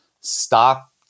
stop